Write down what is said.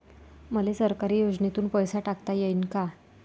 मले सरकारी योजतेन पैसा टाकता येईन काय?